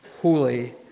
holy